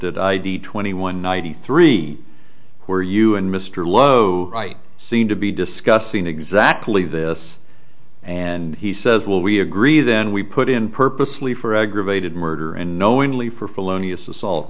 the twenty one ninety three where you and mr lowe right seem to be discussing exactly this and he says well we agree then we put in purposely for aggravated murder and knowingly for